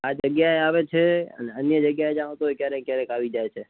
આ જગ્યાએ આવે છે ને અને અન્ય જગ્યાએ જાઓ તો ક્યારેક ક્યારેક આવી જાય છે